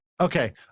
okay